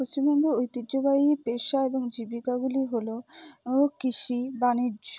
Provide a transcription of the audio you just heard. পশ্চিমবঙ্গের ঐতিহ্যবাহী পেশা এবং জীবিকাগুলি হল কৃষি বাণিজ্য